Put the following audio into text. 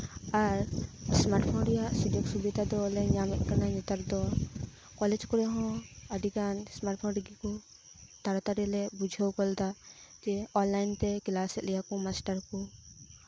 ᱟᱨ smart phone ᱨᱮᱭᱟᱜ ᱥᱩᱡᱳᱜ ᱥᱩᱵᱤᱫᱷᱟ ᱫᱚᱞᱮ ᱧᱟᱢ ᱮᱫ ᱠᱟᱱᱟ ᱱᱮᱛᱟᱨ ᱫᱚ ᱠᱚᱞᱮᱡᱽ ᱠᱚᱨᱮ ᱦᱚᱸ ᱟᱹᱰᱤ ᱜᱟᱱ ᱥᱢᱟᱨᱴ ᱯᱷᱳᱱ ᱨᱮᱜᱮ ᱠᱚ ᱛᱟᱲᱟ ᱛᱟᱲᱤ ᱞᱮ ᱵᱩᱡᱷᱟᱹᱣ ᱜᱚᱫ ᱫᱟ ᱫᱤᱭᱮ ᱚᱱᱞᱟᱭᱤᱱ ᱛᱮ ᱠᱞᱟᱥ ᱮᱫ ᱞᱮᱭᱟ ᱠᱚ ᱢᱟᱥᱴᱟᱨ ᱠᱚ